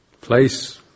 place